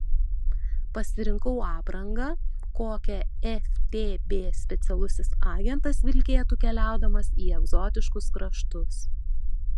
pasirinkau aprangą kokią ftb specialusis agentas vilkėtų keliaudamas į egzotiškus kraštus